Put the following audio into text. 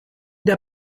der